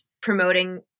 promoting